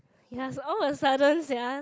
ya it's all of a sudden sia